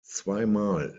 zweimal